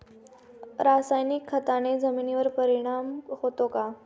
रासायनिक खताने जमिनीवर परिणाम होतो का?